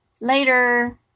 Later